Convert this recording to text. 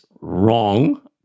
wrong